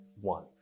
one